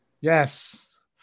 Yes